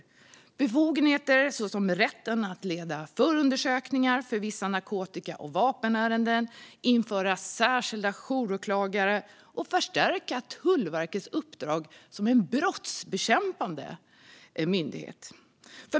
Det handlar om befogenheter som rätten att leda förundersökningar för vissa narkotika och vapenärenden, införa särskilda jouråklagare och förstärka Tullverkets uppdrag som en brottsbekämpande myndighet.